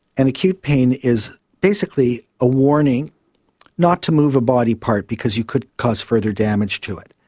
and acute pain is basically a warning not to move a body part because you could cause further damage to it.